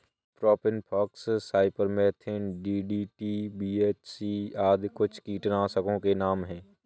propane fox, cypermethrin, DDT, BHC आदि कुछ कीटनाशकों के नाम हैं